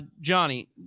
Johnny